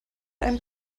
einem